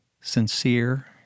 Sincere